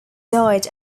died